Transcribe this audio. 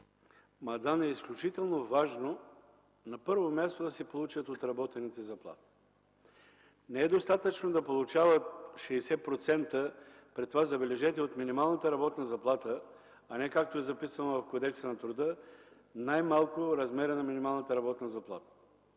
Мадан е изключително важно, на първо място, да си получат отработените заплати. Не е достатъчно да получават 60%, при това забележете – от минималната работна заплата, а не както е записано в Кодекса на труда – най-малко размерът на минималната работна заплата.